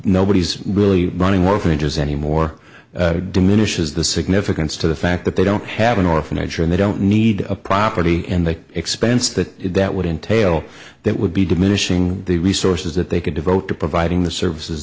nobody's really running well for ages anymore diminishes the significance to the fact that they don't have an orphanage and they don't need a property and the expense that that would entail that would be diminishing the resources that they could devote to providing the services